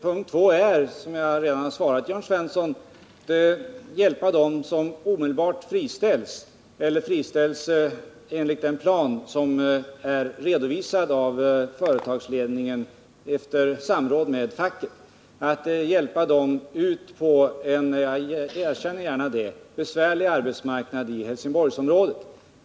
Punkt två är, som jag redan har svarat Jörn Svensson, att hjälpa dem som friställs enligt den plan som är redovisad av företagsledningen efter samråd med facket, att hjälpa dem ut på — jag erkänner det gärna — en besvärlig arbetsmarknad i Helsingborgsområdet.